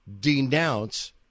denounce